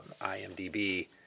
IMDb